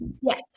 Yes